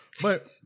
But-